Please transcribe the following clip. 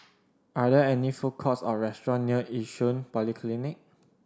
are there any food courts or restaurants near Yishun Polyclinic